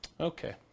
Okay